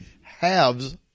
halves